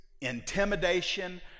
intimidation